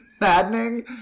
maddening